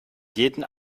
jeden